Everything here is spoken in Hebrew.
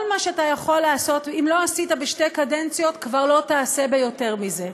כל מה שאתה יכול לעשות אם לא עשית בשתי קדנציות כבר לא תעשה ביותר מזה.